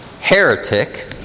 heretic